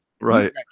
right